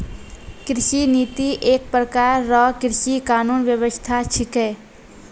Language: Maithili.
कृषि नीति एक प्रकार रो कृषि कानून व्यबस्था छिकै